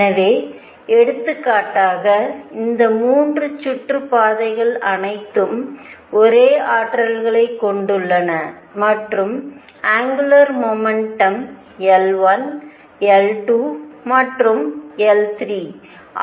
எனவே எடுத்துக்காட்டாக இந்த 3 சுற்றுப்பாதைகள் அனைத்தும் ஒரே ஆற்றல்களைக் கொண்டுள்ளன மற்றும் அங்குலார் மொமெண்டம் L1 L2 மற்றும் L3